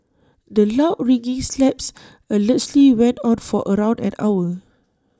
the loud ringing slaps allegedly went on for around an hour